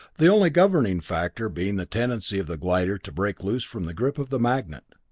the only governing factor being the tendency of the glider to break loose from the grip of the magnet.